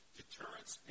deterrence